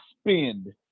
spend